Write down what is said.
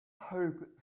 hope